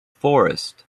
forest